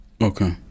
okay